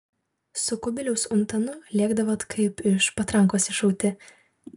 su kubiliaus untanu lėkdavot kaip iš patrankos iššauti